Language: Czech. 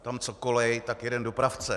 Tam co kolej, tak jeden dopravce.